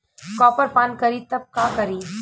Copper पान करी तब का करी?